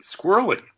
squirrely